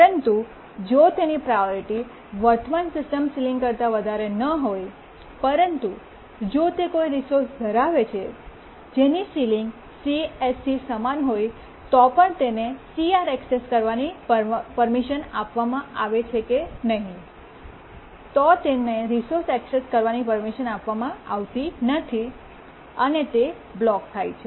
પરંતુ જો તેની પ્રાયોરિટી વર્તમાન સિસ્ટમ સીલીંગ કરતા વધારે ન હોય પરંતુ જો તે કોઈ રિસોર્સ ધરાવે છે જેની સીલીંગ CSC સમાન હોય તો પણ તેને CR એકસેસ કરવાની પરમિશન આપવામાં આવે છે નહીં તો તેને રિસોર્સ એકસેસ કરવાની પરમિશન આપવામાં આવતી નથી અને તે બ્લોક થાય છે